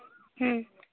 ᱦᱩᱸ